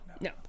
No